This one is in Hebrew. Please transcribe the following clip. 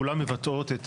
כולן מבטאות את